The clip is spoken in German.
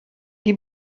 die